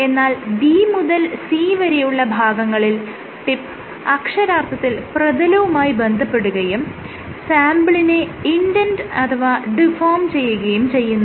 എന്നാൽ B മുതൽ C വരെയുള്ള ഭാഗങ്ങളിൽ ടിപ്പ് അക്ഷരാർത്ഥത്തിൽ പ്രതലവുമായി ബന്ധപ്പെടുകയും സാംപിളിനെ ഇൻഡെന്റ് അഥവാ ഡിഫോം ചെയ്യുകയും ചെയ്യുന്നുണ്ട്